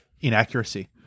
inaccuracy